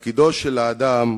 תצא בשורת ההנגשה